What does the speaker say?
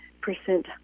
percent